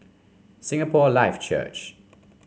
Singapore Life Church